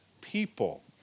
people